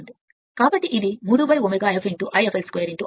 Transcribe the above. కాబట్టి ఇది 3 ω S I fl 2 r2 Sfl సరైనది